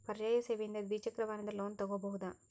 ಪರ್ಯಾಯ ಸೇವೆಯಿಂದ ದ್ವಿಚಕ್ರ ವಾಹನದ ಲೋನ್ ತಗೋಬಹುದಾ?